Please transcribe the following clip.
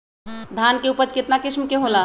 धान के उपज केतना किस्म के होला?